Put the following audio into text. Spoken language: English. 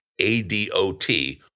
ADOT